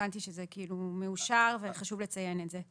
הבנתי שזה מאושר וחשוב לציין את זה.